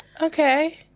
Okay